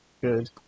Good